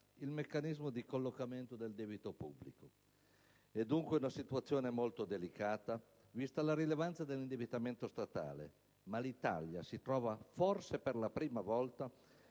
il meccanismo di collocamento del debito pubblico. È dunque una situazione molto delicata, vista la rilevanza dell'indebitamento statale; ma l'Italia si trova, forse per la prima volta,